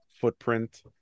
footprint